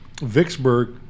Vicksburg